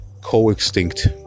co-extinct